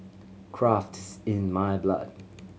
craft is in my blood